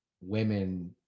Women